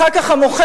אחר כך המוכר,